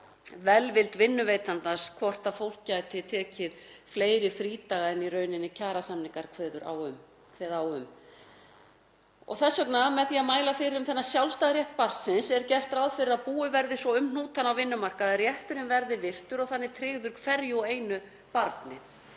velvild vinnuveitandans komið hvort fólk gæti tekið fleiri frídaga en í rauninni kjarasamningar kveða á um. Með því að mæla fyrir um þennan sjálfstæða rétt barnsins er því gert ráð fyrir að búið verði svo um hnútana á vinnumarkaði að rétturinn verði virtur og þannig tryggður hverju og einu barni,